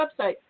website